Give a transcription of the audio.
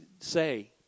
say